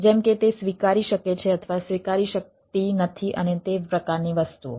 જેમ કે તે સ્વીકારી શકે છે અથવા સ્વીકારી શકતી નથી અને તે પ્રકારની વસ્તુઓ